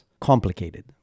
complicated